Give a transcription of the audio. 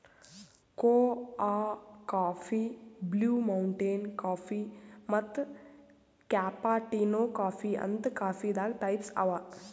ಕೋಆ coffee, blue mountain coffee ಮತ್ತ್ cappuccino coffee ಅಂತ್ ಕಾಫೀದಾಗ್ ಟೈಪ್ಸ್ ಅವಾ